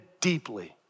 deeply